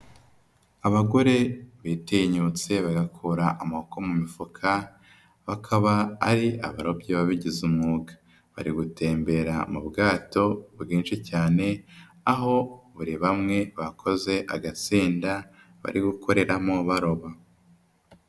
Abagore bitinyutse bagakura amaboko mu mifuka bakaba ari abarobyi babigize umwuga. Bari gutembera mu bwato bwinshi cyane, aho buri bamwe bakoze agatsinda bari gukoreramo baroba.